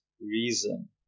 reason